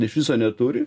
iš viso neturi